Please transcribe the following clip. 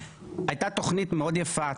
הייתה תוכנית מאוד יפה,